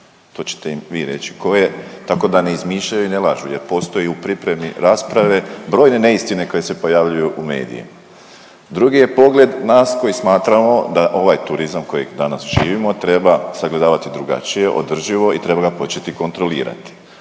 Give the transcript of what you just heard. to ćete im vi reći koje, tako da ne izmišljaju i ne lažu jer postoji u pripremi rasprave brojne neistine koje se pojavljuju u medijima. Drugi je pogled nas koji smatramo da ovaj turizam kojeg danas živimo treba sagledavati drugačije, održivo i treba ga početi kontrolirati.